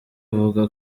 avuga